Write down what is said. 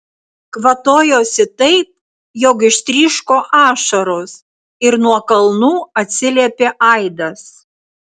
kvatojosi taip jog ištryško ašaros ir nuo kalnų atsiliepė aidas